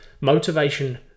Motivation